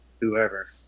whoever